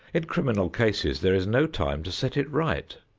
in criminal cases there is no time to set it right.